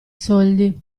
soldi